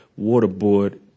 waterboard